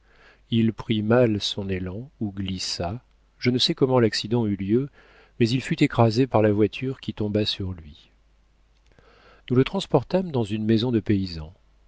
il prit mal son élan ou glissa je ne sais comment l'accident eut lieu mais il fut écrasé par la voiture qui tomba sur lui nous le transportâmes dans une maison de paysan